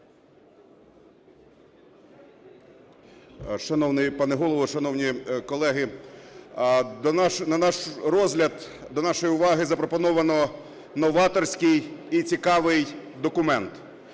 Шановний пане Голово, шановні колеги! На наш розгляд, до нашої уваги запропоновано новаторський і цікавий документ.